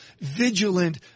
vigilant